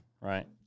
right